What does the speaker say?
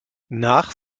nach